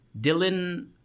Dylan